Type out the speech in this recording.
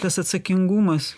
tas atsakingumas